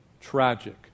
Tragic